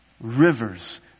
Rivers